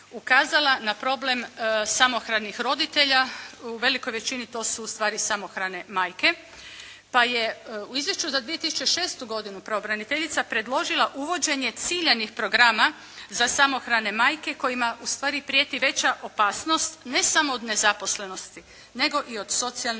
na problem samohranih roditelja, u velikoj većini to su ustvari samohrane majke, pa je u izvješću za 2006. godinu pravobraniteljica predložila uvođenje ciljanih programa za samohrane majke kojima ustvari prijeti veća opasnost ne samo od nezaposlenosti nego i od socijalne